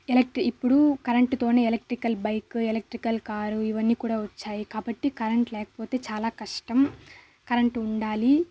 ఎలక్ట్రి ఇప్పుడు కరెంట్తో electrical bike electrical car ఇవన్నీ కూడా వచ్చాయి కాబట్టి కరెంట్ లేకపోతే చాలా కష్టం కరెంట్ ఉండాలి